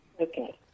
Okay